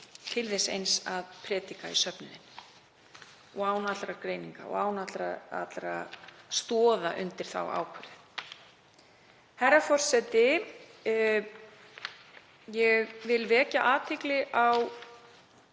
til þess eins að predika í söfnuðinn, án allrar greiningar og án allra stoða undir þá ákvörðun. Herra forseti. Ég vil vekja athygli á